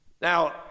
Now